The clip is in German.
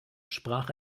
sprach